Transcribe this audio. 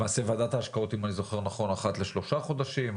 למעשה ועדת ההשקעות אם אני זוכר נכון אחת לשלושה חודשים,